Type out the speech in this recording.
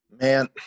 Man